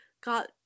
got